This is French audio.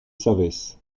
savès